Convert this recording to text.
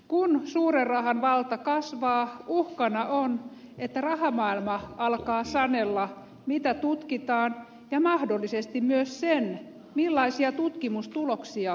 kun suuren rahan valta kasvaa uhkana on että rahamaailma alkaa sanella mitä tutkitaan ja mahdollisesti myös sen millaisia tutkimustuloksia halutaan